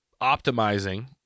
optimizing